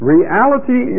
Reality